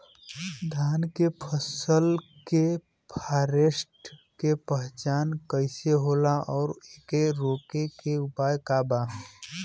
धान के फसल के फारेस्ट के पहचान कइसे होला और एके रोके के उपाय का बा?